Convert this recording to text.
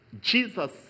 Jesus